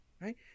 right